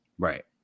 Right